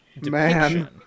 Man